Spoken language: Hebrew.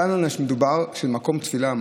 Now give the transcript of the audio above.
כאן מדובר על מקום תפילה,